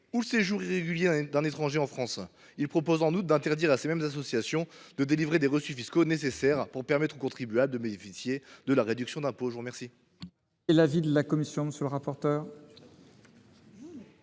ou le séjour irrégulier d’un étranger en France. Il tend en outre à interdire à ces mêmes associations de délivrer les reçus fiscaux nécessaires pour permettre aux contribuables de bénéficier de la réduction d’impôt. Quel est l’avis de la commission ? Il est